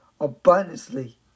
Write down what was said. abundantly